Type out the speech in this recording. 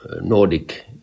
Nordic